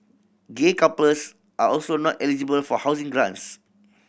gay couples are also not eligible for housing grants